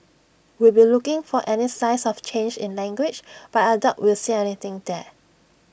we'll be looking for any signs of change in language but I doubt we'll see anything there